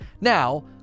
Now